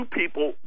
people